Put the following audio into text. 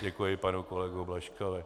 Děkuji panu kolegovi Blažkovi.